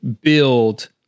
build